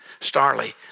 Starley